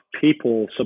people